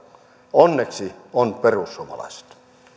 onneksi on perussuomalaiset